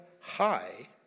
high